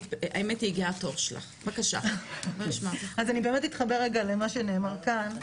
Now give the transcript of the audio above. אז אני באמת אתחבר למה שנאמר כאן,